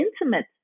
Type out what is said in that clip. intimate